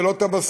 ולא את המסקנות,